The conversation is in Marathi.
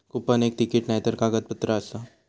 कुपन एक तिकीट नायतर कागदपत्र आसा